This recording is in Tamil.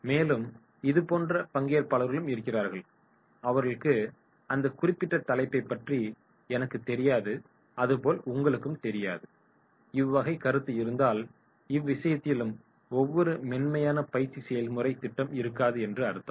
மேலும் இதுபோன்ற பங்கேற்பாளர்களும் இருக்கிறார்கள் அவர்களுக்கு "அந்த குறிப்பிட்ட தலைப்பைப் பற்றி எனக்குத் தெரியாது அதுபோல் உங்களுக்கும் தெரியாது" இவ்வகை கருத்து இருந்தால் இவ்விஷயத்திலும் ஒரு மென்மையான பயிற்சி செயல்முறை திட்டம் இருக்காது என்று அர்த்தம்